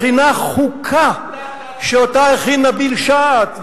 מכינה חוקה שאותה הכין נביל שעת',